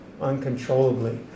uncontrollably